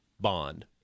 bond